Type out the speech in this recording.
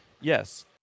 yes